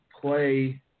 play